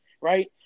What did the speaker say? right